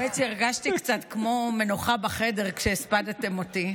אתה חייב לוודא שאני עוזבת.